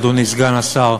אדוני סגן השר.